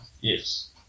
Yes